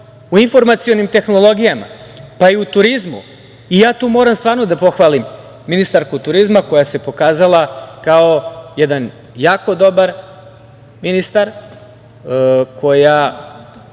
u informacionim tehnologijama, pa i u turizmu. Moram stvarno da pohvalim ministarku turizma koja se pokazala kao jedan jako dobar ministar, koja